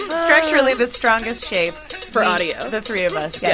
structurally, the strongest shape for audio, the three of us yes,